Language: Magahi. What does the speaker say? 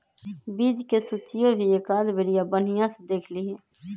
बीज के सूचियो भी एकाद बेरिया बनिहा से देख लीहे